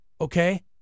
Okay